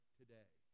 today